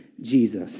Jesus